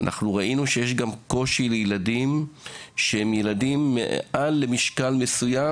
יש קושי לילדים שהם מעל למשקל מסוים.